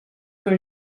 que